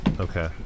okay